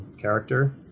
character